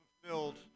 fulfilled